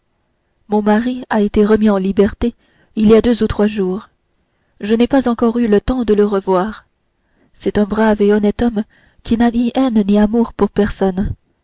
mon mari a été remis en liberté il y a deux ou trois jours je n'ai pas encore eu le temps de le revoir c'est un brave et honnête homme qui n'a ni haine ni amour pour personne